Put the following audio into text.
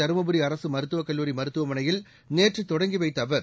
தருமபுரி அரசு மருத்துவக் கல்லூரி மருத்துவமனையில் நேற்று தொடங்கி வைத்த அவர்